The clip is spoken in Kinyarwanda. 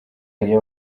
yariye